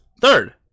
Third